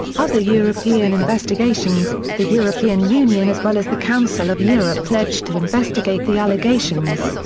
other european investigations the european union as well as the council of europe pledged to investigate the allegations.